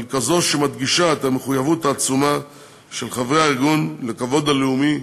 אבל כזאת שמדגישה את המחויבות העצומה של חברי הארגון לכבוד הלאומי